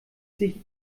sich